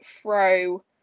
throw